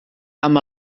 amb